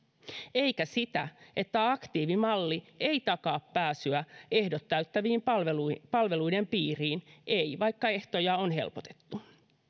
eikä sitä että aktiivimalli ei takaa pääsyä ehdot täyttävien palveluiden palveluiden piiriin ei vaikka ehtoja on helpotettu